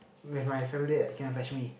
with my family that come and fetch me